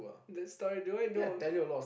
that story do I know of it